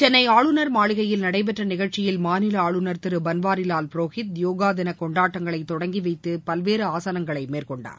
சென்னை ஆளுநர் மாளிகையில் நடைபெற்ற நிகழ்ச்சியில் மாநில ஆளுநர் திரு பள்வாரிலால் புரோஹித் யோகா தின கொண்டாட்டங்களை தொடங்கி வைத்து பல்வேறு ஆசனங்களை மேற்கொண்டார்